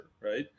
right